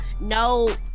no